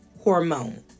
hormone